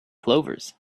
clovers